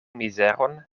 mizeron